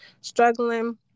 struggling